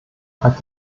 hat